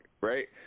right